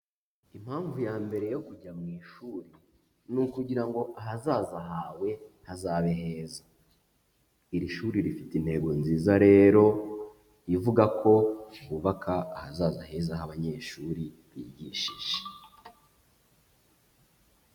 Impamvu ya mbere yo kujya mu ishuri ni ukugira ngo ahazaza hawe hazabe heza, iri shuri rifite intego nziza rero, ivuga ko twubaka ahazaza heza h'abanyeshuri bigishije.